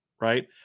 right